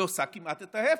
היא עושה כמעט את ההפך.